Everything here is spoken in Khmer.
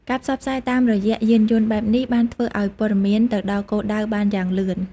ការផ្សព្វផ្សាយតាមរយៈយានយន្តបែបនេះបានធ្វើឱ្យព័ត៌មានទៅដល់គោលដៅបានយ៉ាងលឿន។